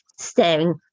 staring